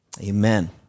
Amen